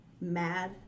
MAD